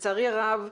איזבלה,